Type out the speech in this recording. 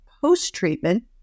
post-treatment